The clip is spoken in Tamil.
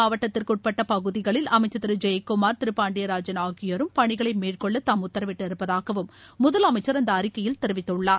மாவட்டத்திற்கு சென்னை உட்பட்ட பகுதிகளில் அமைச்சர் திரு ஜெயக்குமார் திரு பாண்டியராஜன் ஆகியோரும் பணிகளை மேற்கொள்ள தாம் உத்தரவிட்டிருப்பதாகவும் முதலமைச்சர் அந்த அறிக்கையில் தெரிவித்துள்ளார்